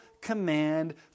command